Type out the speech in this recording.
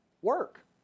work